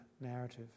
narrative